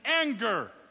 anger